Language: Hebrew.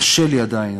קשה לי עדיין,